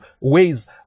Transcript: ways